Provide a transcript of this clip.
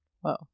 whoa